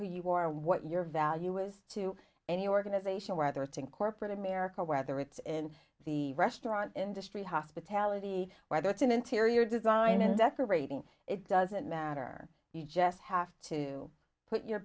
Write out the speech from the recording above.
who you are what your value was to any organization whether it's in corporate america whether it's in the restaurant industry hospitality whether it's an interior designer or rating it doesn't matter you just have to put your